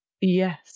yes